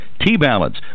T-Balance